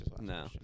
No